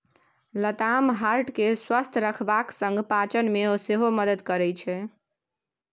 लताम हार्ट केँ स्वस्थ रखबाक संग पाचन मे सेहो मदति करय छै